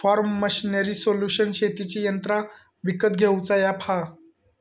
form machinery solution शेतीची यंत्रा विकत घेऊचा अॅप हा